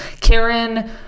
Karen